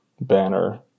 banner